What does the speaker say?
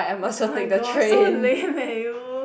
oh-my-god so lame eh you